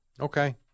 Okay